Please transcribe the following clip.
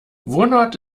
wohnort